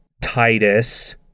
Titus